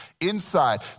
inside